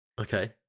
Okay